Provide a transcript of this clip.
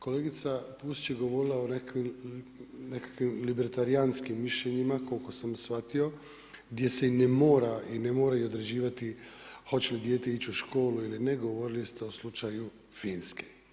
Kolegica Pusić je govorila o nekakvim libertarijanskim mišljenjima koliko sam shvatio, gdje se ne mora i ne moraju određivati hoće li dijete ići u školu ili ne, govorili ste o slučaju Finske.